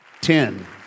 ten